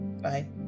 Bye